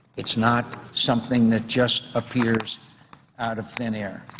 it's not something that just appears out of thin air.